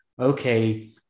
okay